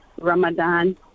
Ramadan